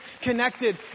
connected